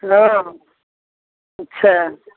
हँ अच्छा